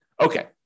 Okay